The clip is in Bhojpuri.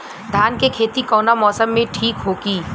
धान के खेती कौना मौसम में ठीक होकी?